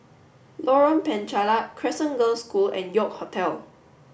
Lorong Penchalak Crescent Girls' School and York Hotel